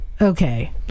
Okay